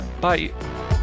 Bye